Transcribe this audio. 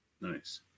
nice